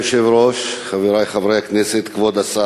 אדוני היושב-ראש, חברי חברי הכנסת, כבוד השר,